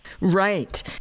Right